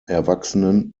erwachsenen